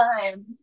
time